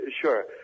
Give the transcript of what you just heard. sure